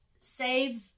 save